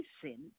sin